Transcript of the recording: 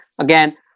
Again